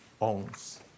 owns